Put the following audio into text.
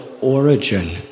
origin